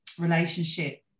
relationship